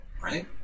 right